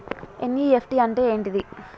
NEFT అంటే ఏంటిది?